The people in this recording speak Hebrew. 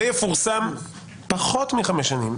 זה יפורסם פחות מחמש שנים.